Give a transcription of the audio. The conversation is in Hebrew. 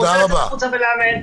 לצאת החוצה ולאמן,